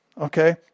okay